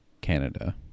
Canada